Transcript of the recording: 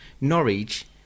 Norwich